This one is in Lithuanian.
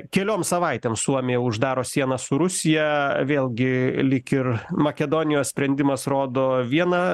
kelioms savaitėms suomija uždaro sieną su rusija vėlgi lyg ir makedonijos sprendimas rodo vieną